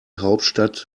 hauptstadt